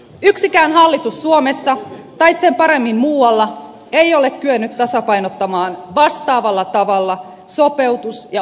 yksikään hallitus suomessa tai sen paremmin muualla ei ole kyennyt tasapainottamaan vastaavalla tavalla sopeutus ja oikeudenmukaisuustoimia